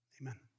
Amen